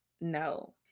no